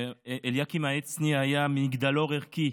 אליקים העצני היה מגדלור ערכי.